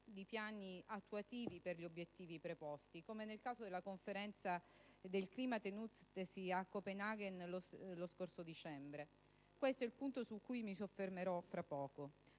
di piani attuativi per gli obiettivi preposti, come nel caso della Conferenza sul clima tenutasi a Copenaghen lo scorso dicembre: questo è un punto su cui mi soffermerò fra poco.